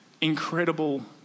incredible